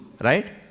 right